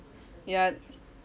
ya